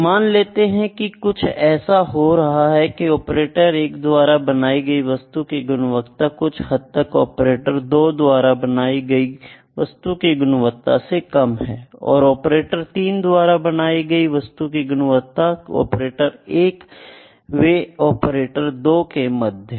मान लेते हैं कि कुछ ऐसा हो रहा है की ऑपरेटर 1 द्वारा बनाई गई वस्तु की गुणवत्ता कुछ हद तक ऑपरेटर 2 द्वारा बनाई गई वस्तु की गुणवत्ता से कम है और ऑपरेटर 3 द्वारा बनाई गई वस्तु की गुणवत्ता ऑपरेटर 1 वे ऑपरेटर 2 के मध्य है